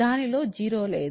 దానిలో 0 లేదు